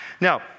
Now